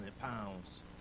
pounds